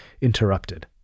interrupted